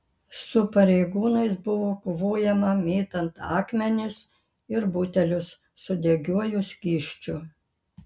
su pareigūnais buvo kovojama mėtant akmenis ir butelius su degiuoju skysčiu